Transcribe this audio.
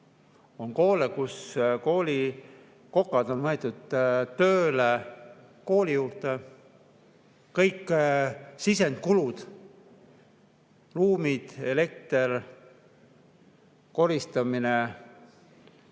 On koole, kus koolikokad on võetud tööle kooli juurde, kõik sisendkulud – ruumid, elekter, koristamine